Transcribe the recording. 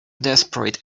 desperate